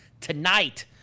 tonight